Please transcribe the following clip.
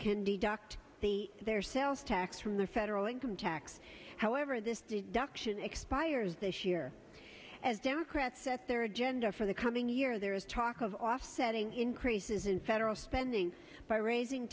deduct the their sales tax from their federal income tax however this deduction x buyers this year as democrats set their agenda for the coming year there is talk of offsetting increases in federal spending by raising